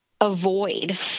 avoid